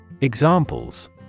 Examples